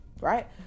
Right